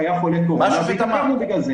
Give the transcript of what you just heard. מה השופט אמר?